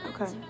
Okay